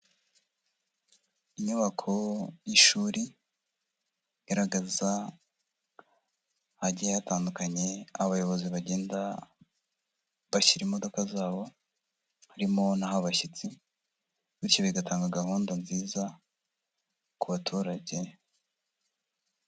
Inyubako y'ishuri igaragaza hagiye hatandukanye abayobozi bagenda bashyira imodoka zabo, harimo n'ahabashyitsi bityo bigatanga gahunda nziza ku baturage.